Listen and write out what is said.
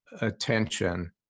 attention